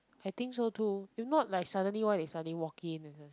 I think so too if not like suddenly why they suddenly walk in and then